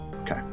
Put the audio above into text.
okay